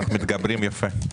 אנחנו מתגברים יפה.